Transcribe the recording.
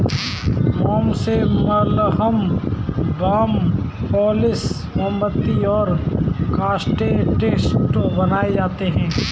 मोम से मलहम, बाम, पॉलिश, मोमबत्ती और कॉस्मेटिक्स बनाई जाती है